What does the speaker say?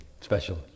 special